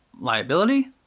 liability